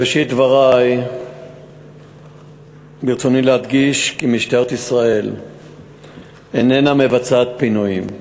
בראשית דברי ברצוני להדגיש כי משטרת ישראל איננה מבצעת פינויים.